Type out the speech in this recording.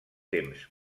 temps